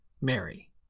Mary